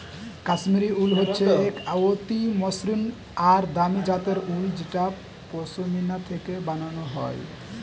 কাশ্মীরি উল হচ্ছে এক অতি মসৃন আর দামি জাতের উল যেটা পশমিনা থেকে বানানো হয়